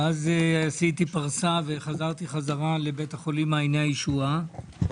ואז עשיתי פרסה וחזרתי חזרה לבית החולים מעייני הישועה.